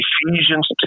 Ephesians